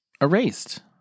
erased